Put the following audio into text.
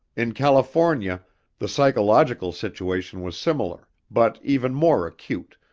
in california the psychological situation was similar but even more acute,